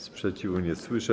Sprzeciwu nie słyszę.